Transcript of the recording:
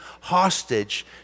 hostage